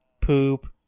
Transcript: poop